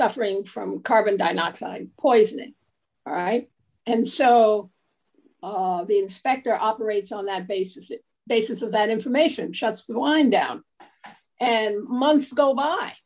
suffering from carbon dioxide poisoning and so the inspector operates on that basis basis of that information shuts the wind out and months go by